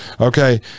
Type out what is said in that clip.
okay